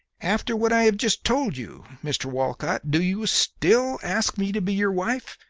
after what i have just told you, mr. walcott, do you still ask me to be your wife?